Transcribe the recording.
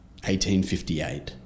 1858